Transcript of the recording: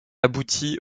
aboutit